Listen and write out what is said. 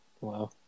Wow